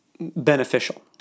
beneficial